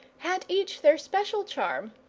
had each their special charm,